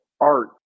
art